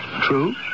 True